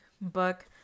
book